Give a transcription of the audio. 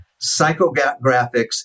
psychographics